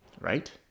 right